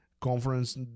conference